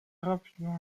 rapidement